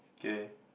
kay